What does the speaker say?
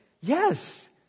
yes